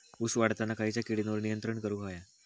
ऊस वाढताना खयच्या किडींवर नियंत्रण करुक व्हया?